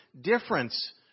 difference